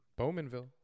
Bowmanville